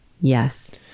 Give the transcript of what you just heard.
Yes